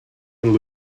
and